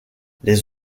les